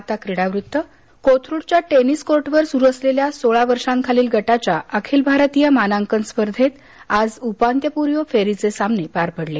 आता क्रीडा वृत्त कोथरुडच्या टेनिस कोर्टवर सुरू असलेल्या सोळा वर्षाखालील गटाच्या अखिल भारतीय मानांकन स्पर्धेत आज उपांत्यपूर्व फेरीचे सामने पार पडले